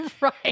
Right